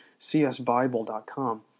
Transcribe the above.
csbible.com